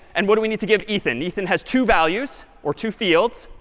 and what do we need to give ethan? ethan has two values or two fields.